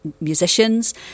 musicians